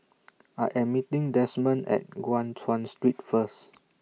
I Am meeting Desmond At Guan Chuan Street First